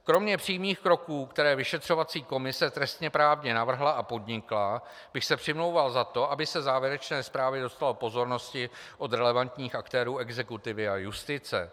Kromě přímých kroků, které vyšetřovací komise trestněprávně navrhla a podnikla, bych se přimlouval za to, aby se závěrečné zprávě dostalo pozornosti od relevantních aktérů exekutivy a justice.